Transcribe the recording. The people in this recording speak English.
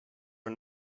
are